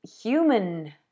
human